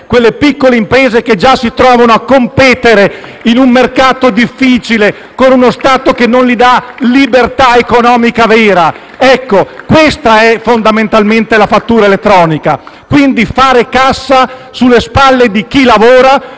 Quelle piccole imprese che già si trovano a competere in un mercato difficile, con uno Stato che non gli dà una libertà economica vera. Ecco, questa è fondamentalmente la fattura elettronica: fare cassa sulle spalle di chi lavora,